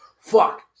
fuck